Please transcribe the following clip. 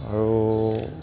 আৰু